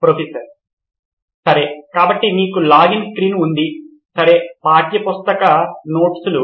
professor సరే కాబట్టి మీకు లాగిన్ స్క్రీన్ ఉంది సరే పాఠ్యపుస్తక నోట్స్లు